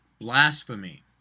blasphemy